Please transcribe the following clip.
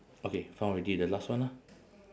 okay found already the last one ah